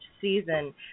season